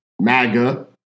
MAGA